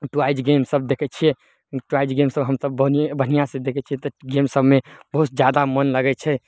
twice game सब देखै छियै ट्वाइज गेम सब हमसब बढ़िऑं बढ़िऑं से देखै छियै तऽ गेम सबमे बहुत जादा मन लगय छै